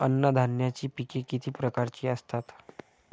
अन्नधान्याची पिके किती प्रकारची असतात?